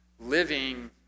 living